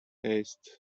haste